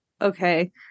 Okay